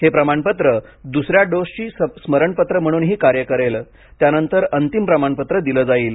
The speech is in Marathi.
हे प्रमाणपत्र दुसऱ्या डोसची स्मरणपत्र म्हणूनही कार्य करेल त्यानंतर अंतिम प्रमाणपत्र दिले जाईल